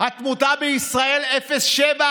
התמותה בישראל היא 0.7%,